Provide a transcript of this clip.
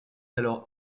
alors